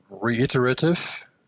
reiterative